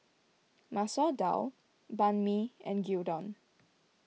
Masoor Dal Banh Mi and Gyudon